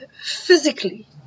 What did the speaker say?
physically